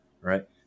right